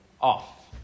off